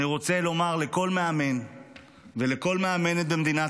אני רוצה לומר לכל מאמן ולכל מאמנת במדינת